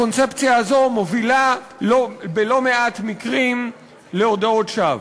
הקונספציה הזו מובילה בלא-מעט מקרים להודאות שווא.